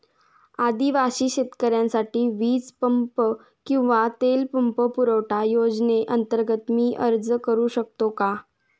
आदिवासी शेतकऱ्यांसाठीच्या वीज पंप किंवा तेल पंप पुरवठा योजनेअंतर्गत मी अर्ज करू शकतो का?